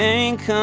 thank